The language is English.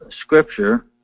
scripture